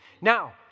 Now